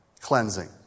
cleansing